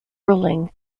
ruling